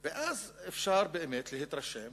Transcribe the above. ואז אפשר באמת להתרשם